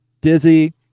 Dizzy